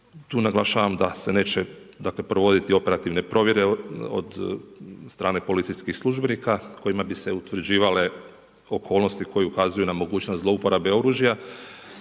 Tu naglašavam da se neće dakle provoditi operativne provjere od strane policijskih službenika kojima bi se utvrđivale okolnosti koje ukazuje na mogućnost zlouporabe oružja